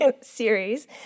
series